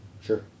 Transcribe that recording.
Sure